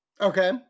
Okay